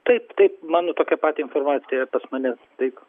taip taip mano tokia pat informacija pas manęs taip